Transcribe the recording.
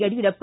Yediyurappa